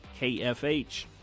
KFH